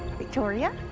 victoria?